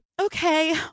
Okay